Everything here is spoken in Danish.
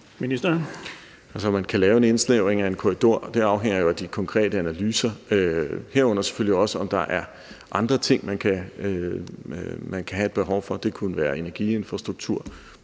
om man kan lave en indsnævring af en korridor, afhænger jo af de konkrete analyser, herunder selvfølgelig også, om der er andre ting, man kan have et behov for. Det kunne være energiinfrastruktur,